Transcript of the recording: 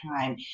time